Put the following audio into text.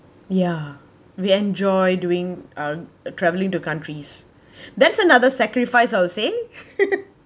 ya we enjoy doing uh uh travelling to countries that's another sacrifice I would say